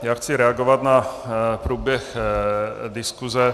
Já chci reagovat na průběh diskuse.